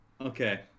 Okay